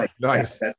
Nice